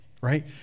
right